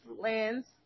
lands